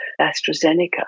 AstraZeneca